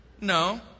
No